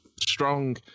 strong